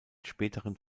späteren